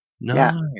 No